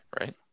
right